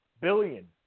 billion